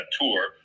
tour